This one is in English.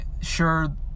sure